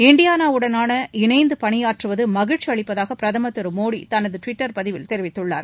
இண்டியானாவுடன் இணைந்து பணியாற்றுவது மகிழ்ச்சி அளிப்பதாக பிரதமர் திருமோடி தனது டுவிட்டர் பதிவில் தெரிவித்துள்ளார்